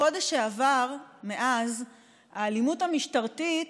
בחודש שעבר מאז האלימות המשטרתית